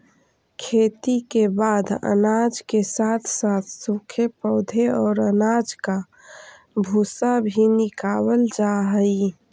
खेती के बाद अनाज के साथ साथ सूखे पौधे और अनाज का भूसा भी निकावल जा हई